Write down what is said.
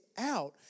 out